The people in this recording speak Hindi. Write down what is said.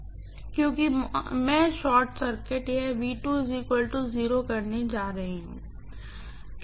क्योंकि मैं शॉर्ट सर्किट यह करने जा रही हूँ